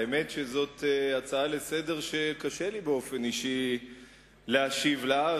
האמת היא שזאת הצעה לסדר-היום שקשה לי באופן אישי להשיב עליה,